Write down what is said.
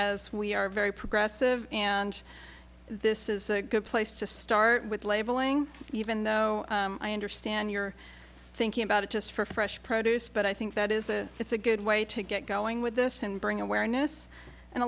as we are very progressive and this is a good place to start with labeling even though i understand you're thinking about it just for fresh produce but i think that is a it's a good way to get going with this and bring awareness and a